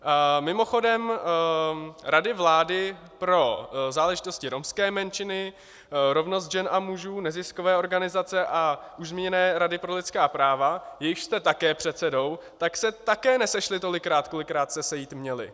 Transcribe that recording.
A mimochodem, rady vlády pro záležitosti romské menšiny, pro rovnost žen a mužů a pro neziskové organizace a už zmíněná Rada pro lidská práva, jejichž jste také předsedou, se také nesešly tolikrát, kolikrát se sejít měly.